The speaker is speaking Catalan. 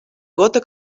gota